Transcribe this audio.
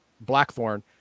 Blackthorn